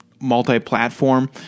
multi-platform